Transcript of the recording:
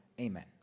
Amen